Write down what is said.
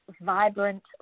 vibrant